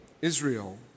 Israel